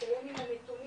אסיים עם הנתונים,